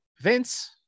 Vince